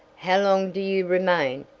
how long do you remain,